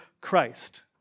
Christ